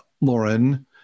Lauren